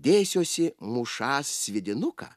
dėsiuosi mušąs sviedinuką